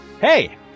Hey